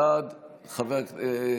בעד,